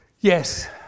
yes